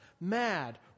mad